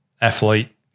athlete